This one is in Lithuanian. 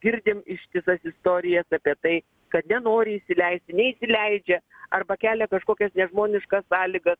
girdim ištisas istorijas apie tai kad nenori įsileisti neįsileidžia arba kelia kažkokias nežmoniškas sąlygas